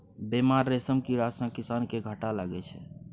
बेमार रेशम कीड़ा सँ किसान केँ घाटा लगै छै